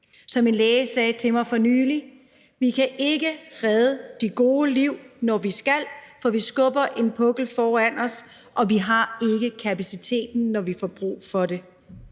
Som en læge sagde til mig for nylig: Vi kan ikke redde de gode liv, når vi skal, for vi skubber en pukkel foran os, og vi har ikke kapaciteten, når vi får brug for det.